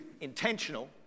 intentional